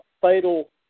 Fatal